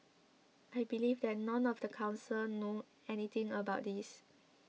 I believe that none of the council know anything about this